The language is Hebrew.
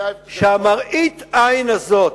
שמראית העין הזאת,